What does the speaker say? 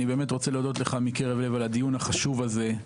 אני רוצה להודות לך מקרב לב על הדיון החשוב הזה.